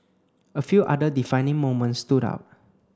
a few other defining moments stood out